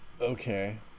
Okay